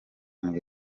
nibwo